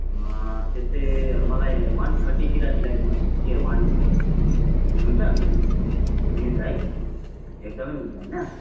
त्यस्तै मलाई one thirty three मिलाइदिनोस् कि वान हुन्छ मिल्यो मिल्छ है एकदमै मिल्छ होइन